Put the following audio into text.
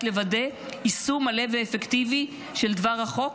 לוודא יישום מלא ואפקטיבי של דבר החוק,